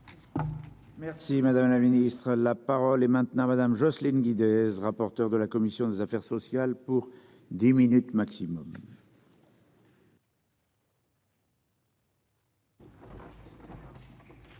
Merci, madame la Ministre, la parole est maintenant Madame Jocelyne Guidez, rapporteur de la commission des affaires sociales pour 10 minutes maximum.